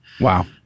Wow